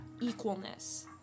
equalness